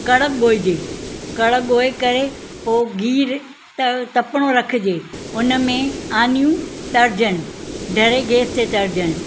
कण्क गोहिजे कण्क गोहे करे पोइ गीहु तपिणो रखिजे हुन में आनियूं तरजनि धरे गैस ते तरजनि